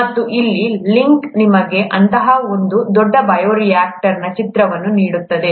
ಮತ್ತು ಇಲ್ಲಿ ಈ ಲಿಂಕ್ ನಿಮಗೆ ಅಂತಹ ಒಂದು ದೊಡ್ಡ ಬಯೋರಿಯಾಕ್ಟರ್ನ ಚಿತ್ರವನ್ನು ನೀಡುತ್ತದೆ